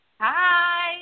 Hi